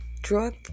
drug